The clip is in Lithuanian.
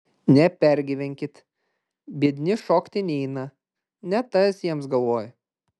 nepergyvenkit biedni šokti neina ne tas jiems galvoj